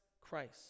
Christ